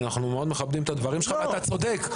אנחנו מאוד מכבדים את הדברים שלך, ואתה צודק.